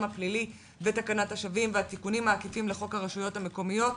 הפלילי ותקנת השבים והתיקונים העקיפים לחוק הרשויות המקומיות.